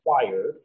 required